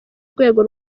urwego